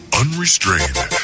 unrestrained